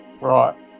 right